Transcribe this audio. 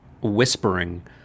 whispering